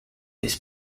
this